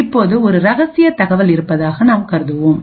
இப்போது ஒரு ரகசியத் தகவல் இருப்பதாக நாம் கருதுவோம்